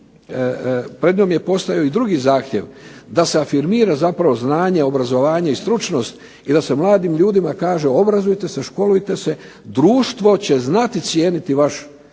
pred njom je postojao i drugi zahtjev, da se afirmira zapravo znanje, obrazovanje i stručnost, i da se mladim ljudima kaže, obrazujte se, školujte se društvo će znati cijeniti vaš